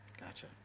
Gotcha